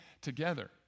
together